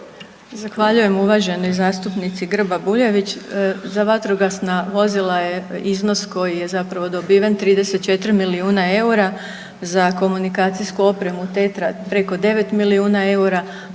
Zahvaljujem uvaženoj zastupnici Grba Bujević. Za vatrogasna vozila je iznos koji je zapravo dobiven 34 milijuna eura za komunikacijsku opremu Tetra preko 9 milijuna eura,